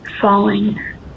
falling